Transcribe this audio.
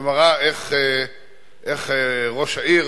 שמראה איך ראש עיר